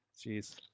Jeez